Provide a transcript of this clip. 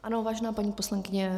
Ano, vážená paní poslankyně.